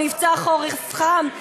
מבצע "חורף חם",